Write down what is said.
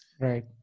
right